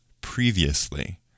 previously